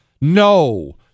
No